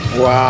Wow